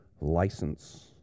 license